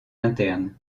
internes